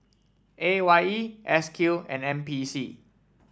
A Y E S Q and N P C